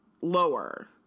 lower